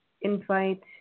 invite